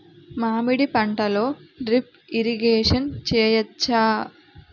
మామిడి పంటలో drip irrigation చేయచ్చా?